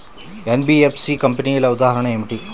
NBFC కంపెనీల ఉదాహరణ ఏమిటి?